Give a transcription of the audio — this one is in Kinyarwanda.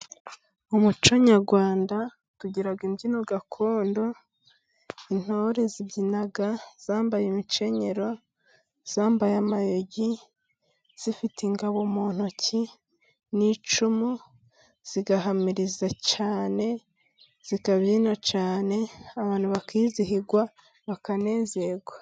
Umuco nyarwanda tugira imbyino gakondo，intore zibyina zambaye imikenyero， zambaye amayugi， zifite ingabo mu ntoki n'icumu， zigahamiriza cyane， zikabyina cyane ，abantu bakizihirwa， bakanezerwa.